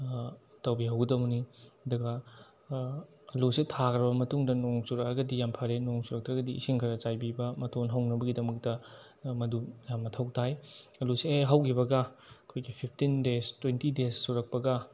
ꯇꯧꯕꯤꯍꯧꯒꯗꯕꯅꯤ ꯑꯗꯨꯒ ꯑꯥꯂꯨꯁꯦ ꯊꯥꯈ꯭ꯔꯕ ꯃꯇꯨꯡꯗ ꯅꯣꯡ ꯆꯨꯔꯛꯑꯒꯗꯤ ꯌꯥꯝ ꯐꯔꯦ ꯅꯣꯡ ꯆꯨꯔꯛꯇ꯭ꯔꯒꯗꯤ ꯏꯁꯤꯡ ꯈꯔ ꯈꯔ ꯆꯥꯏꯕꯤꯕ ꯃꯇꯣꯟ ꯍꯧꯅꯕꯒꯤꯗꯃꯛꯇ ꯃꯗꯨ ꯌꯥꯝ ꯃꯊꯧ ꯇꯥꯏ ꯑꯥꯂꯨꯁꯦ ꯍꯦꯛ ꯍꯧꯒꯤꯕꯒ ꯑꯩꯈꯣꯏꯒꯤ ꯐꯤꯞꯇꯤꯟ ꯗꯦꯁ ꯇ꯭ꯋꯦꯟꯇꯤ ꯗꯦꯁ ꯁꯨꯔꯛꯄꯒ